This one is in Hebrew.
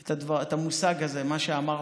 את המושג הזה שאמרת,